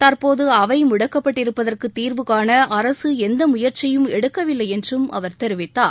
தற்போது அவை முடக்கப்பட்டிருப்பதற்கு தீர்வுகாண அரசு எந்த முயற்சியும் எடுக்கவில்லை என்றும் அவர் தெரிவித்தார்